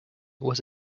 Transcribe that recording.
was